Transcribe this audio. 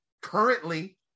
currently